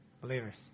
believers